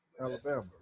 Alabama